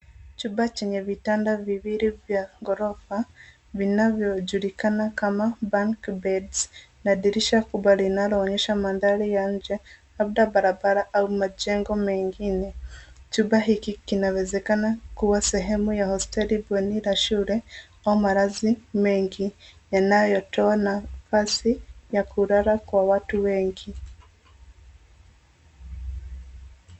Chumba chenye vitanda viwili vya gorofa vinavyojulikana kama bunk beds na dirisha kubwa linaloonyesha mandhari ya nje, labda barabara au majengo mengine. Chumba hiki kinawezekana kuwa sehemu ya hosteli bweni la shule, au malazi mengi yanayotoa nafasi ya kulala kwa watu wengi.